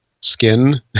skin